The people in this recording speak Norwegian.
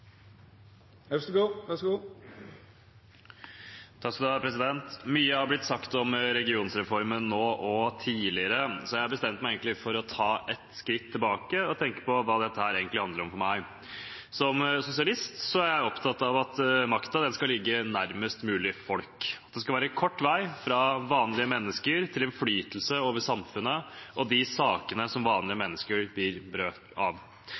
og tidligere, så jeg har bestemt meg for å ta et skritt tilbake og tenke på hva dette egentlig handler om for meg. Som sosialist er jeg opptatt av at makten skal ligge nærmest mulig folk, at det skal være kort vei fra vanlige mennesker til innflytelse over samfunnet og de sakene som vanlige mennesker blir berørt av.